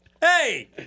Hey